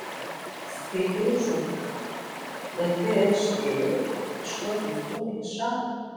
skaitei žurnalą bet kai aš įėjau iškart nustūmei į šalį